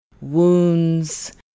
wounds